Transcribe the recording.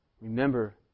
Remember